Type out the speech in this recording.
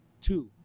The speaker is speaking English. two